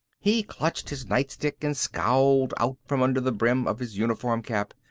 he clutched his nightstick and scowled out from under the brim of his uniform cap.